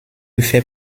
fait